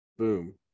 boom